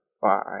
five